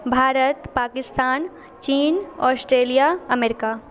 भारत पाकिस्तान चीन Australia America